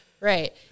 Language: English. Right